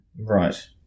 Right